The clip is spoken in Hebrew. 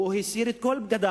הוא הסיר את כל בגדיו.